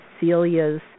Celia's